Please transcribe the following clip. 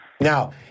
Now